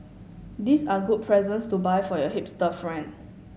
these are good presents to buy for your hipster friend